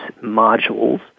modules